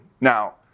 Now